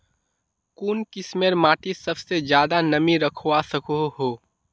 कुन किस्मेर माटी सबसे ज्यादा नमी रखवा सको हो?